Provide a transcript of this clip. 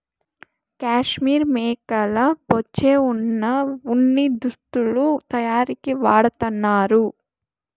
కాశ్మీర్ మేకల బొచ్చే వున ఉన్ని దుస్తులు తయారీకి వాడతన్నారు